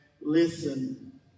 Listen